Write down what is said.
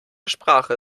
sprache